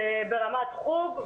זה ברמת חוג,